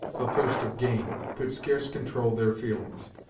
the thirst of gain, could scarce control their feelings.